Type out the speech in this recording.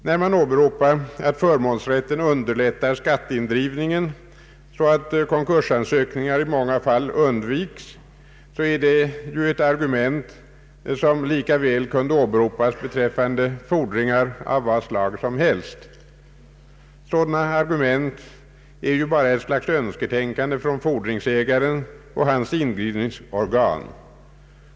När man åberopar att förmånsrätten underlättar skatteindrivningen så att konkursansökningar i många fall undvikes, är det argument som lika väl kan åberopas beträffande fordringar av vad slag som helst. Sådana argument är ju bara ett slags önsketänkande från fordringsägaren och hans indrivningsorgan.